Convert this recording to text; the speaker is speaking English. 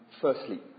Firstly